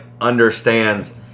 understands